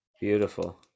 Beautiful